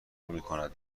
میکند